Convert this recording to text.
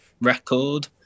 record